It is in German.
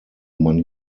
man